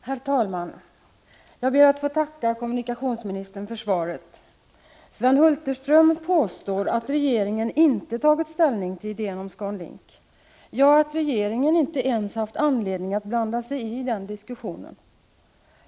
Herr talman! Jag ber att få tacka kommunikationsministern för svaret. Sven Hulterström påstår att regeringen inte tagit ställning till idén om Scandinavian Link, ja, att regeringen inte ens haft anledning att blanda sig i den diskussionen.